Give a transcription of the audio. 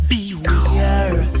Beware